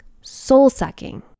Soul-sucking